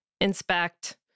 inspect